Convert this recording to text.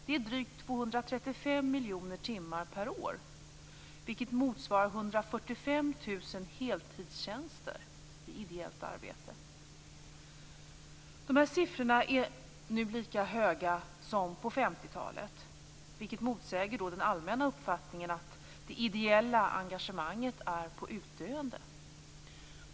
Det är drygt 235 miljoner timmar per år, vilket motsvarar 145 000 heltidstjänster i ideellt arbete. De här siffrorna är nu lika höga som på 50-talet, vilket motsäger den allmänna uppfattningen att det ideella engagemanget är på utdöende.